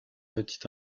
petit